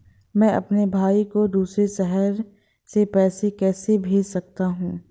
मैं अपने भाई को दूसरे शहर से पैसे कैसे भेज सकता हूँ?